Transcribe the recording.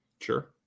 Sure